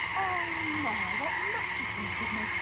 oh my! what must you think of me?